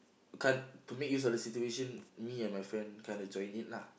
we can't to make use of the situation me and my friend kind of join in lah